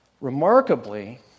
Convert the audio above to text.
Remarkably